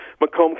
Macomb